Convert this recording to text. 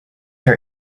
her